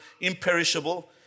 imperishable